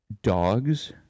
Dogs